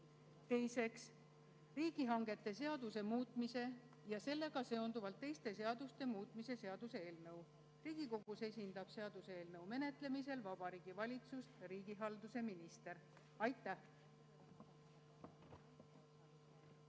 Teiseks, riigihangete seaduse muutmise ja sellega seonduvalt teiste seaduste muutmise seaduse eelnõu. Riigikogus esindab seaduseelnõu menetlemisel Vabariigi Valitsust riigihalduse minister. Aitäh!